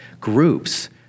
groups